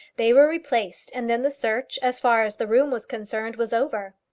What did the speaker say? they were replaced, and then the search, as far as the room was concerned, was over.